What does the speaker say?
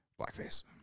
blackface